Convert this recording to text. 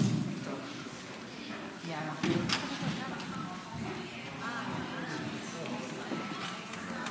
הממשלה הגדילה לעשות עם חוק הפנסיות